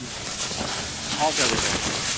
ठीक ऐ जी okay okay bye bye sir